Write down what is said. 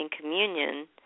communion